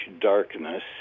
darkness